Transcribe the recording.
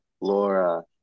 Laura